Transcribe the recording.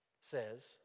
says